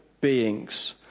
beings